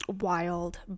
Wild